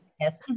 yes